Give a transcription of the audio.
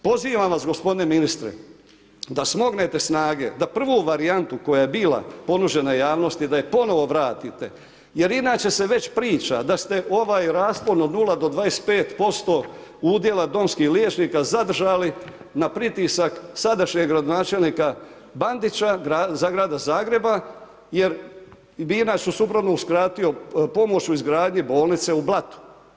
Pozivam vas gospodine ministre, da smognete snage, da prvu varijantu, koja je bila, ponuđenoj javnosti, da joj ponovno vratite, jer inače se već priča, da ste ovaj raspon od 0-25% udjela domskih liječnika zadržali na pritisak sadašnjeg gradonačelnika Bandića, za Grada Zagreba, jer bi inače suprotno uskratio pomoć u izgradnji bolnice u Blatu.